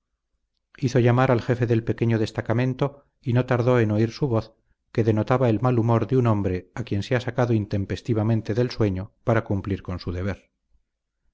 hizo llamar al jefe del pequeño destacamento y no tardó en oír su voz que denotaba el mal humor de un hombre a quien se ha sacado intempestivamente del sueño para cumplir con un deber